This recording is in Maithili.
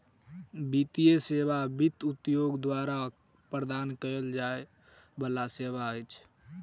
वित्तीय सेवा वित्त उद्योग द्वारा प्रदान कयल जाय बला सेवा अछि